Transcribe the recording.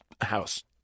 house